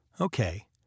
Okay